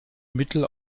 mittel